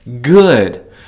good